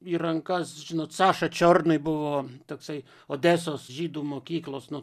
į rankas žinot saša čiornyj buvo toksai odesos žydų mokyklos nu